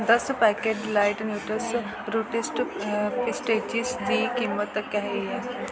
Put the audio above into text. दस पैकट ड्लाईट नूट्स रूटिस्ट पैसटिशिस दी कीमत केही ऐ